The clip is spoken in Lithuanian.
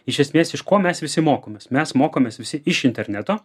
iš esmės iš ko mes visi mokomės mes mokomės visi iš interneto